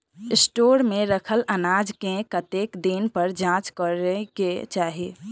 Store मे रखल अनाज केँ कतेक दिन पर जाँच करै केँ चाहि?